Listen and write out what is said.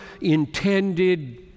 intended